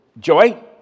Joy